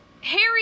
Harry